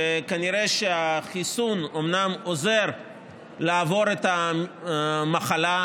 וכנראה החיסון אומנם עוזר לעבור את המחלה,